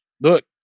Look